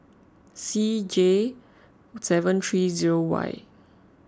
C J seven three zero Y